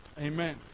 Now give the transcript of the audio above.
Amen